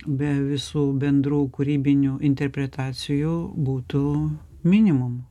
be visų bendrų kūrybinių interpretacijų būtų minimum